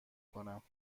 کنم